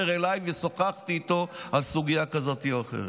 אליי ושוחחתי איתו על סוגיה כזאת או אחרת.